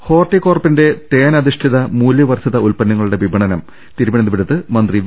ഹോർട്ടികോർപ്പിന്റെ തേൻ അധിഷ്ഠിത മൂല്യ വർദ്ധിത ഉൽപ്പ ന്നങ്ങളുടെ വിപണനം തിരുവനന്തപുരത്ത് മന്ത്രി വി